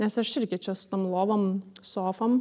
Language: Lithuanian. nes aš irgi čia su tom lovom sofom